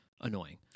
annoying